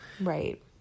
right